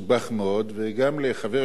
וגם לחבר הכנסת נחמן שי,